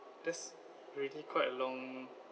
that's already quite a long